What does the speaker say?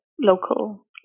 local